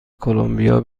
کلمبیا